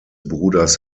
bruders